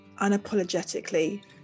unapologetically